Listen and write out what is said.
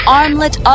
armlet